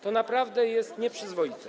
To naprawdę jest nieprzyzwoite.